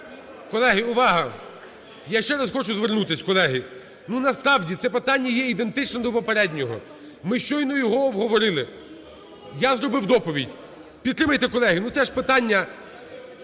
Колеги, увага! Я ще раз хочу звернутись, колеги. Насправді це питання є ідентичним до попереднього, ми щойно його обговорили, я зробив доповідь. Підтримайте, колеги, ну це ж питання…